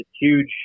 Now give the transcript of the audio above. huge